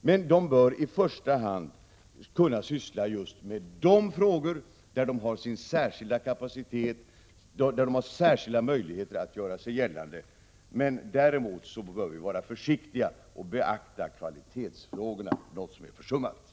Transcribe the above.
men de bör i första hand syssla just med de frågor där de har sin särskilda kapacitet och särskilda möjligheter att göra sig gällande. Men däremot bör vi vara försiktiga och beakta kvalitetsfrågorna — något som är försummat.